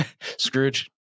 Scrooge